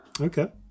Okay